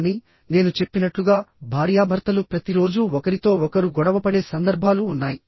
కానీ నేను చెప్పినట్లుగా భార్యాభర్తలు ప్రతిరోజూ ఒకరితో ఒకరు గొడవపడే సందర్భాలు ఉన్నాయి